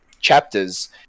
chapters